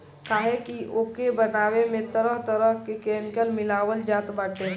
काहे की ओके बनावे में तरह तरह के केमिकल मिलावल जात बाटे